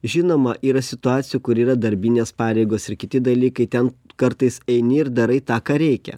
žinoma yra situacijų kur yra darbinės pareigos ir kiti dalykai ten kartais eini ir darai tą ką reikia